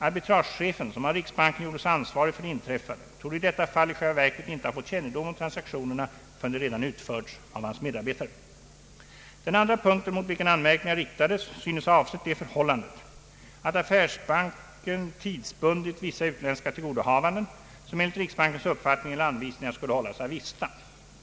Arbitragechefen, som av riksbanken gjordes ansvarig för det inträffade torde i detta fall i själva verket inte ha fått kännedom om transaktionerna förrän de redan utförts av hans medarbetare. Den andra punkten mot vilken anmärkningar riktades synes ha avsett det förhållandet att affärsbanken tidsbundit vissa utländska tillgodohavanden, som enligt riksbankens uppfatt ning eller anvisningar skulle hållas avista.